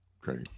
Great